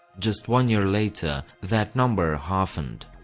just one year later that number halfened.